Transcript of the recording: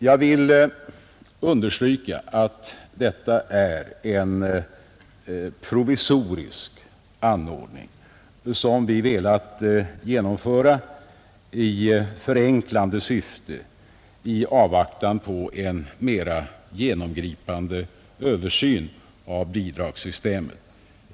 Jag vill understryka att detta är en provisorisk anordning som vi har velat genomföra i förenklande syfte i avvaktan på en mer genomgripande översyn av bidragssystemet.